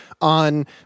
on